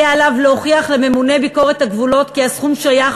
יהיה עליו להוכיח לממונה ביקורת הגבולות כי הסכום שייך